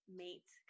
mate